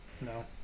no